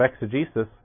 exegesis